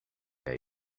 day